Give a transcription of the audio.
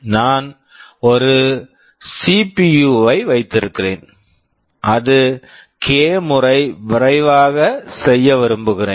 நான் ஒரு CPU CPU வை வைத்திருக்கிறேன் அதை கே k முறை விரைவாக செய்ய விரும்புகிறேன்